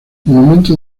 monumento